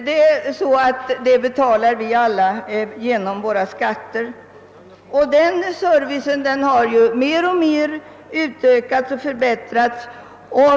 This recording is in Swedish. Kostnaderna betalar vi alla genom våra skatter. Denna service har mer och mer utökats och förbättrats.